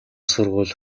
сургууль